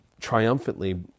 triumphantly